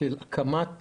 של הקמת